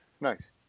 Nice